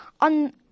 on